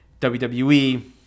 WWE